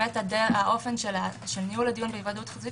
שהאופן של ניהול הדיון בהיוועדות חזותית